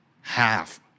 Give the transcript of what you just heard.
half